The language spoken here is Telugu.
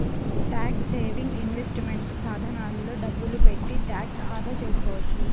ట్యాక్స్ సేవింగ్ ఇన్వెస్ట్మెంట్ సాధనాల్లో డబ్బులు పెట్టి ట్యాక్స్ ఆదా చేసుకోవచ్చు